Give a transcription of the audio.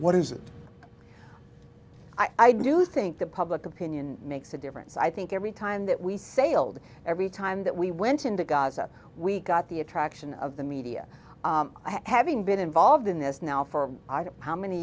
what is it i do think that public opinion makes a difference i think every time that we sailed every time that we went into gaza we got the attraction of the media having been involved in this now for how many